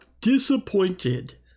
disappointed